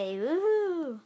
woohoo